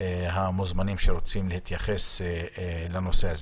המוזמנים שרוצים להתייחס לנושא הזה.